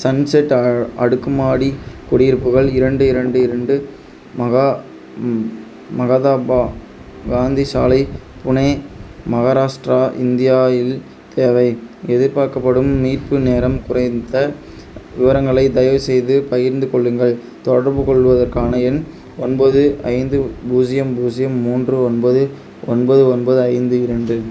sunset அடுக்குமாடி குடியிருப்புகள் இரண்டு இரண்டு இரண்டு மகாதாபா காந்தி சாலை புனே மகாராஷ்டிரா இந்தியா இல் தேவை எதிர்பார்க்கப்படும் மீட்பு நேரம் குறைத்த விவரங்களை தயவுசெய்து பகிர்ந்து கொள்ளுங்கள் தொடர்புகொள்வதற்கான எண் ஒன்பது ஐந்து பூஜ்யம் பூஜ்ஜியம் மூன்று ஒன்பது ஒன்பது ஒன்பது ஐந்து இரண்டு